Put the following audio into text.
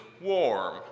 warm